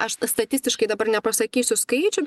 aš statistiškai dabar nepasakysiu skaičių